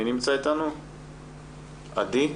עדי.